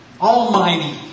almighty